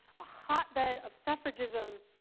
a hotbed of suffragism.